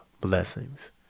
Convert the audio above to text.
blessings